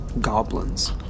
goblins